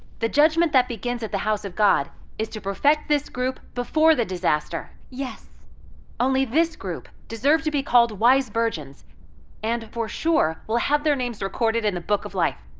the judgment that begins at the house of god is to perfect this group before the disaster. only this group deserve to be called wise virgins and for sure will have their names recorded in the book of life.